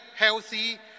healthy